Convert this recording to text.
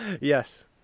Yes